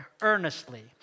earnestly